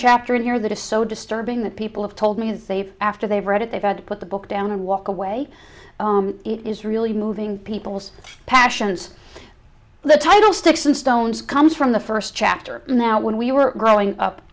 chapter in here that is so disturbing that people have told me they've after they've read it they've got to put the book down and walk away it is really moving people's passions the title sticks and stones comes from the first chapter now when we were growing